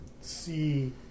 see